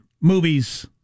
movies